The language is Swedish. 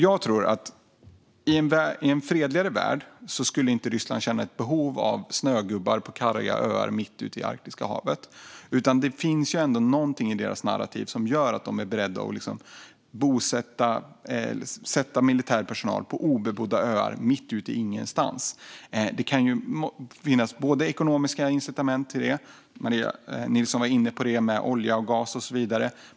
Jag tror att Ryssland i en fredligare värld inte skulle känna ett behov av snögubbar på karga öar mitt ute i Arktiska havet. Det finns ändå någonting i deras narrativ som gör att de är beredda att sätta militär personal på obebodda öar mitt ute i ingenstans. Det kan ju finnas ekonomiska incitament till det, till exempel olja och gas, som Maria Nilsson var inne på.